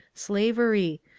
slavery,